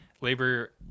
Labor